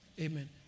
Amen